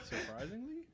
Surprisingly